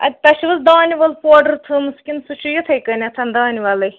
اَتہِ تۄہہِ چھُو حظ دانہِ ول پوڈر تھٲومژ کِنہٕ سُہ چھُ یِتھَے کٔنیتھ دانہِ ولٕے